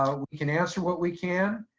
ah we can answer what we can.